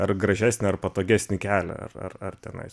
ar gražesnį ir patogesnį kelią ar ar ar tenais